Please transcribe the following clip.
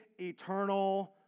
eternal